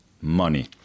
money